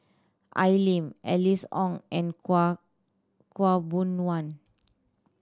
Al Lim Alice Ong and khaw Khaw Boon Wan